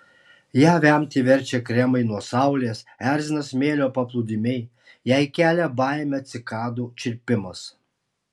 ją vemti verčia kremai nuo saulės erzina smėlio paplūdimiai jai kelia baimę cikadų čirpimas